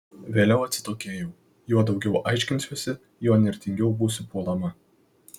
vėliau atsitokėjau juo daugiau aiškinsiuosi juo įnirtingiau būsiu puolama